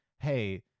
hey